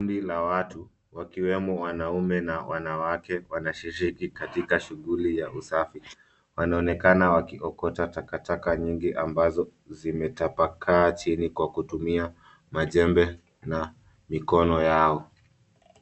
Kundi la watu wakiwemo wanaume na wanawake, wanashiriki katika shughuli ya usafi. Wanaonekana wakiokota takataka nyingi ambazo zimetapakaa chini kwa kutumia majembe na mikono yao.